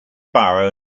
biro